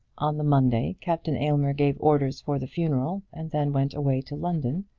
on the monday captain aylmer gave orders for the funeral, and then went away to london,